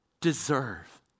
deserve